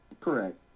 Correct